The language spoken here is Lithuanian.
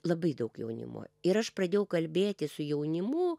labai daug jaunimo ir aš pradėjau kalbėti su jaunimu